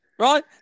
Right